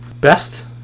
best